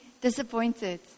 disappointed